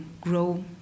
grow